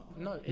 No